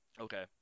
Okay